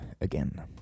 again